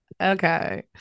Okay